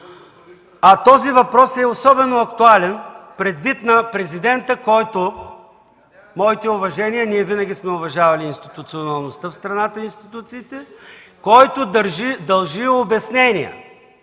Този въпрос е особено актуален предвид президента, който – моите уважения, ние винаги сме уважавали институционалността в страната – дължи обяснения